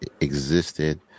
existed